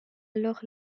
alors